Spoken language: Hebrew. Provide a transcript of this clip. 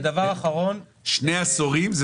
שני עשורים זה